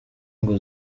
ngo